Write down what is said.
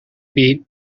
beat